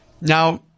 Now